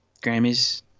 Grammys